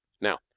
Now